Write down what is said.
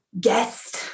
guest